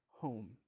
home